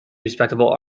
respectable